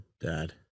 dad